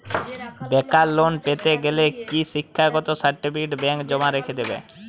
বেকার লোন পেতে গেলে কি শিক্ষাগত সার্টিফিকেট ব্যাঙ্ক জমা রেখে দেবে?